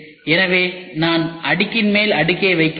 எனவே நான் அடுக்கின் மேல் அடுக்கை வைக்கிறேன்